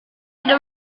ada